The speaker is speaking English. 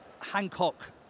Hancock